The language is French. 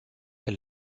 est